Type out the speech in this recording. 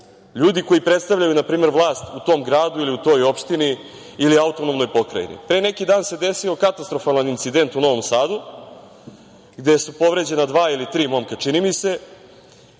ljudi koji predstavljaju, na primer, vlast u tom gradu ili u toj opštini ili autonomnoj pokrajini. Pre neki dan se desio katastrofalan incident u Novom Sadu, gde su povređena dva ili tri momka, čini mi se.